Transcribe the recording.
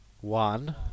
One